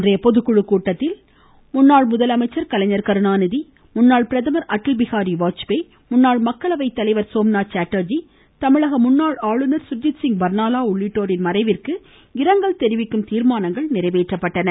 இன்றைய பொதுக்குழு கூட்டத்தில் முன்னாள் முதலமைச்சர் கலைஞர் கருணாநிதி முன்னாள் பிரதமர் அட்டல் பிகாரி வாஜ்பேயி முன்னாள் மக்களவை தலைவர் சோம்நாத் சாட்டர்ஜி தமிழக முன்னாள் ஆளுநர் சுர்ஜித்சிங் பர்னாலா உள்ளிட்டோரின் தெரிவிக்கும் மறைவிற்கு இரங்கல் தீர்மானங்கள் நிறைவேற்றப்பட்டன